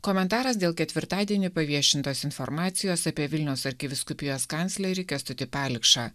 komentaras dėl ketvirtadienį paviešintos informacijos apie vilniaus arkivyskupijos kanclerį kęstutį palikšą